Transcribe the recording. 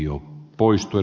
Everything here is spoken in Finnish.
herra puhemies